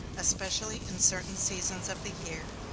especially in certain seasons of the year,